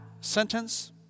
sentence